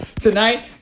tonight